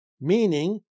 meaning